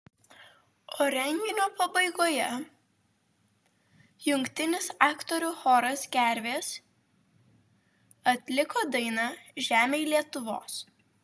o renginio pabaigoje jungtinis aktorių choras gervės atliko dainą žemėj lietuvos